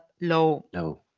low